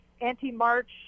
anti-march